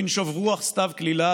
בנשוב רוח-סתיו קלילה,